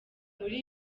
muri